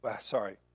sorry